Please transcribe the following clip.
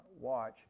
watch